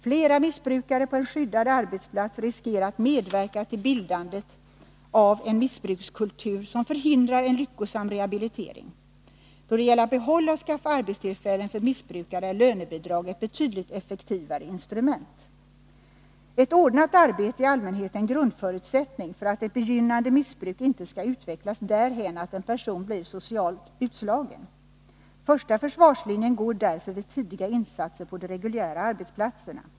Flera missbrukare på en skyddad arbetsplats riskerar att medverka till bildandet av en missbrukskultur som förhindrar en lyckosam rehabilitering. Då det gäller att behålla och skaffa arbetstillfällen för missbrukare är lönebidrag ett betydligt effektivare instrument. Ett ordnat arbete är i allmänhet en grundförutsättning för att ett begynnande missbruk inte skall utvecklas därhän att en person blir socialt utslagen. Första försvarslinjen går därför vid tidiga insatser på de reguljära arbetsplatserna.